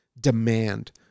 demand